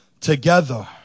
together